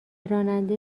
راننده